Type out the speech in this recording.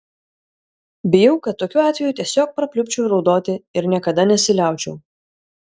bijau kad tokiu atveju tiesiog prapliupčiau raudoti ir niekada nesiliaučiau